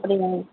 அப்படியா